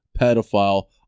pedophile